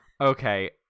Okay